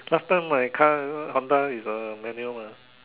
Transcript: last time my car Honda is a manual mah